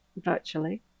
virtually